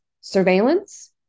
Surveillance